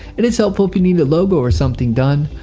and it is helpful if you need a logo or something done.